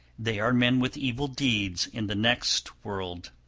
they are men with evil deeds in the next world.